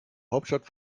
hauptstadt